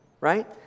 right